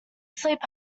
sleep